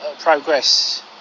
progress